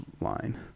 line